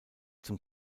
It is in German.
zum